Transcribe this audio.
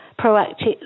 proactive